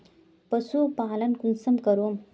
पशुपालन कुंसम करूम?